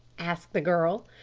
asked the girl.